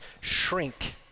shrink